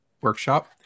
workshop